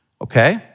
Okay